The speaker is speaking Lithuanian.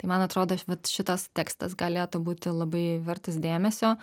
man atrodo šitas tekstas galėtų būti labai vertas dėmesio